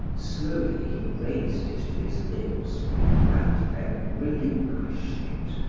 slowly he raised it to his lips and then relinquished it.